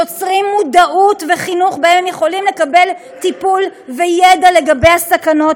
יוצרים מודעות וחינוך שבהם הם יכולים לקבל טיפול וידע לגבי הסכנות